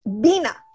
Bina